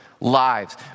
lives